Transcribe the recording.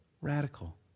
Radical